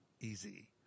easy